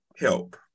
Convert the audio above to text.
help